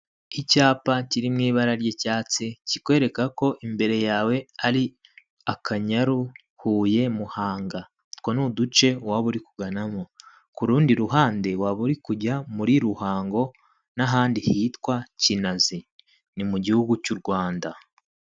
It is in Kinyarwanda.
Icyapa kiri mu ibara ry'icyatsi kikwereka ko imbere yawe hari akanyaru, Huye, Muhanga utwo ni uduce waba uri kuganamo. Ku rundi ruhande waba uri kujya muri Ruhango n'ahandi hitwa Kinazi ni mu gihugu cy'u Rwanda.